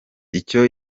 icyo